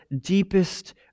deepest